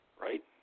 right